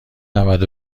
نود